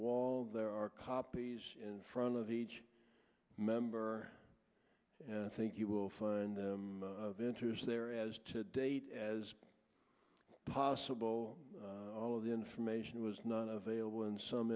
wall there are copies in front of each member and think you will find them of interest there as to date as possible all of the information was not available in some